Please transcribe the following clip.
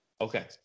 Okay